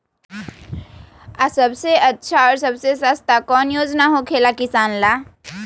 आ सबसे अच्छा और सबसे सस्ता कौन योजना होखेला किसान ला?